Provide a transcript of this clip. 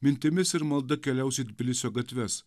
mintimis ir malda keliaus į tbilisio gatves